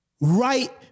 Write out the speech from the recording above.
right